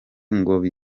ngo